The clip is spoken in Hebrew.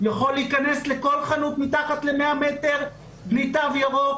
יכול להיכנס לכל חנות ששטחה מתחת ל-100 מטרים והוא בלי תו ירוק,